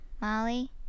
Molly